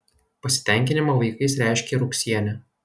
pasitenkinimą vaikais reiškė ir ūksienė